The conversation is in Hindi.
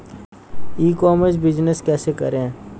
ई कॉमर्स बिजनेस कैसे करें?